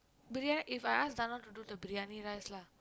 Briyani If I ask Thano to do the Briyani rice lah